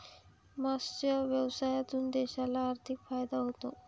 मत्स्य व्यवसायातून देशाला आर्थिक फायदा होतो